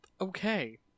Okay